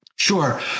Sure